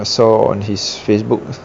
I saw on his facebook ah